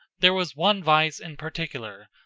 there was one vice in particular,